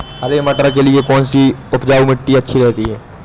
हरे मटर के लिए कौन सी उपजाऊ मिट्टी अच्छी रहती है?